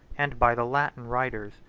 and by the latin writers.